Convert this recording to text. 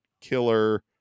killer